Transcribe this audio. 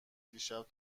دیشب